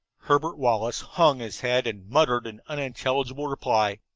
herbert wallace hung his head and muttered an unintelligible reply.